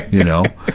you know?